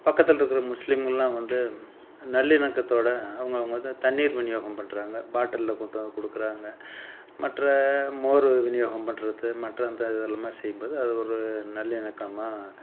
பக்கத்தில் இருக்கிற முஸ்லீம்கள்லாம் வந்து நல்லிணக்கத்தோடு அவங்க அவங்க வந்து தண்ணீர் விநியோகம் பண்ணுறாங்க பாட்டிலில் கொண்டு வந்து கொடுக்குறாங்க மற்ற மோர் விநியோகம் பண்ணுறது மற்ற அந்த இதை மாதிரிலாம் செய்யும்போது அது ஒரு நல்லிணக்கமாக